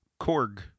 Korg